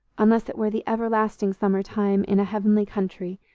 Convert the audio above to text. unless it were the everlasting summer-time in a heavenly country,